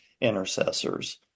intercessors